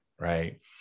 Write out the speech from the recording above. right